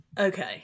Okay